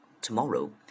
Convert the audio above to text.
tomorrow